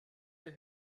der